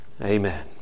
Amen